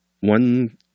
one